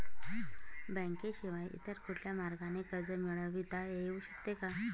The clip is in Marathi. बँकेशिवाय इतर कुठल्या मार्गाने कर्ज मिळविता येऊ शकते का?